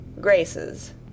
Graces